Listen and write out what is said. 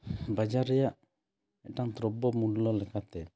ᱵᱟᱡᱟᱨ ᱨᱮᱭᱟᱜ ᱢᱤᱫᱴᱟᱝ ᱫᱨᱚᱵᱚ ᱢᱩᱞᱚ ᱞᱮᱠᱟ ᱛᱮ